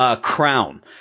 crown